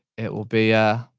it will be ah